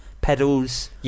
pedals